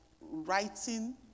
writing